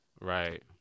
Right